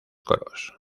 coros